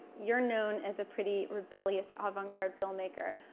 you're known as a pretty rebellious avant-garde filmmaker.